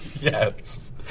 Yes